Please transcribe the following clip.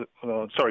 Sorry